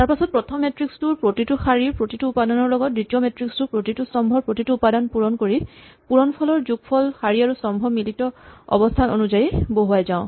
তাৰপাছত প্ৰথম মেট্ৰিক্স টোৰ প্ৰতিটো শাৰীৰ প্ৰতিটো উপাদানৰ লগত দ্বিতীয় মেট্ৰিক্স টোৰ প্ৰতিটো স্তম্ভৰ প্ৰতিটো উপাদান পূৰণ কৰি পূৰণ ফলৰ যোগফল শাৰী আৰু স্তম্ভৰ মিলিত অৱস্হান অনুযায়ী বহোৱাই যাওঁ